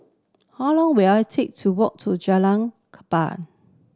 how long will it take to walk to Jalan Kapal